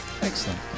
Excellent